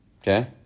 okay